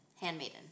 Handmaiden